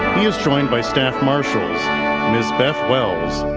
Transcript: he is joined by staff marshals ms. beth wells,